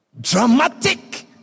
dramatic